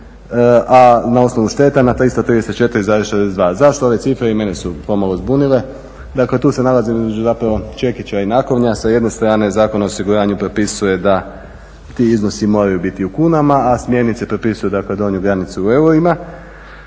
a na osnovu šteta na 334,62. Zašto ove cifre? I mene su pomalo zbunile, dakle tu se nalazimo između zapravo čekića i nakovnja. Sa jedne strane Zakon o osiguranju propisuje da ti iznosi moraju biti u kunama, a smjernice propisuju dakle donju granicu u eurima.